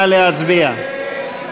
נא להצביע.